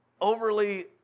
overly